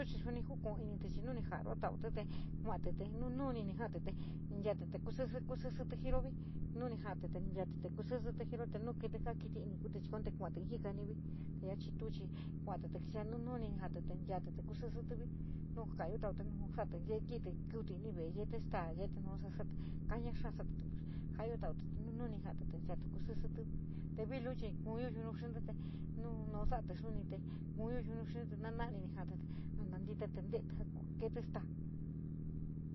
Tu chii suni juku´u inití jano toutí te kuate te nununi nii souut te nchatou sou souitt jenouatt yua jao te nou nchatou te kusstiouu finiou. Ke vou te kou koute kiví te sou kou sou koute fini jaou chi naouti ka sou souitu koute sou kuu jaou kouti kiví te nou nchatou te kusti finiou. Ku naouti jaou tauoti nou sou sououti souu kiví te vele yetou staa yetou nou sou souate koua souite ka staa souve yetou fini kuuate yetou nou sou souu utiliou chi tou kuu yuu nou sou nou souate kouyuu yuu nuu nou ni jatí a nantita nte´e ja keetí staa.